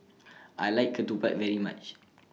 I like Ketupat very much